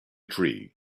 tree